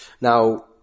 Now